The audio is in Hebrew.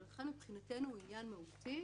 ולכן מבחינתנו הוא עניין מהותי